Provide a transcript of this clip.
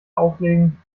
auflegen